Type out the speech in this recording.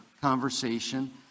conversation